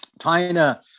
china